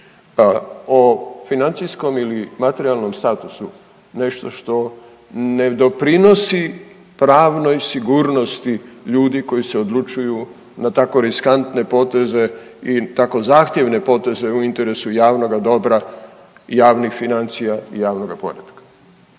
o financijskom ili materijalnom statusu nešto što ne doprinosi pravnoj sigurnosti ljudi koji se odlučuju na tako riskantne poteze i tako zahtjevne poteze u interesu javnoga dobra javnih financija i javnoga poretka.